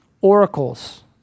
oracles